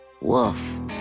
Wolf